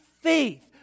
faith